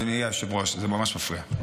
אדוני היושב-ראש, זה ממש מפריע.